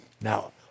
Now